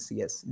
yes